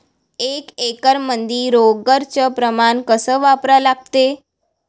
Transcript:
एक एकरमंदी रोगर च प्रमान कस वापरा लागते?